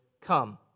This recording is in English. come